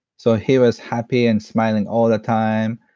so he was happy and smiling all the time.